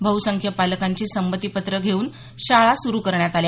बहुसंख्य पालकांची संमती पत्रं घेऊन शाळा सुरू करण्यात आल्या